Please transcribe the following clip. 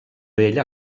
bell